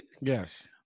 Yes